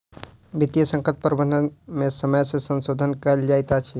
वित्तीय संकट प्रबंधन में समय सॅ संशोधन कयल जाइत अछि